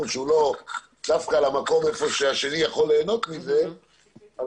שהוא לא דווקא במקום שהשני יכול ליהנות מזה אז